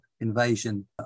invasion